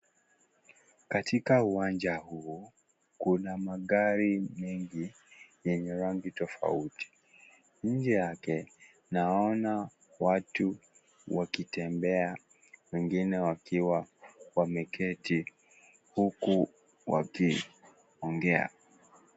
Katika uwanja huo kuna magari mingi yenye rangi tofauti, nje yake naona watu wakitembea wengine wakiwa wameketi huku wakiongea.